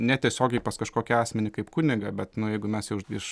netiesiogiai pas kažkokį asmenį kaip kunigą bet nu jeigu mes jau iš